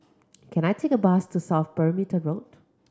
can I take a bus to South Perimeter Road